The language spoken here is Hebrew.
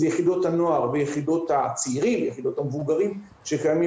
אלה יחידות הנוער ויחידות הצעירים והמבוגרים שקיימים